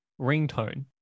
ringtone